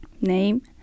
Name